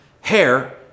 hair